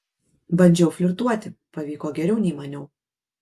bandžiau flirtuoti pavyko geriau nei maniau